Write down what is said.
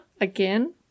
again